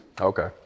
Okay